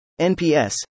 NPS